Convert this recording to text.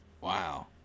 Wow